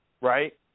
right